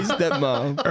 Stepmom